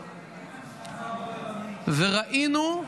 וראינו,